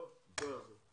לא, לא יעזור לך.